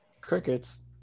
Crickets